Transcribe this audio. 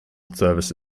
service